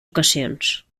ocasions